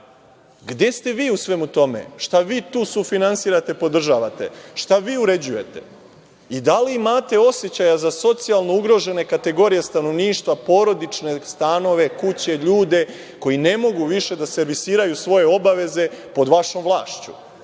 ste vi u svemu tome? Šta vi tu sufinansirate i podržavate? Šta vi uređujete? Da li imate osećaja za socijalno ugrožene kategorije stanovništva, porodične stanove, kuće, ljude koji ne mogu više da servisiraju svoje obaveze pod vašom vlašću.